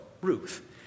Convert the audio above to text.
Ruth